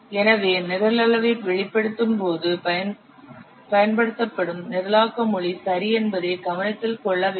எனவே நிரல் அளவை வெளிப்படுத்தும் போது பயன்படுத்தப்படும் நிரலாக்க மொழி சரி என்பதை கவனத்தில் கொள்ள வேண்டும்